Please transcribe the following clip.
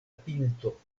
pinto